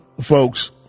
folks